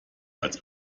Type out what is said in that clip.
als